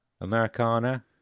Americana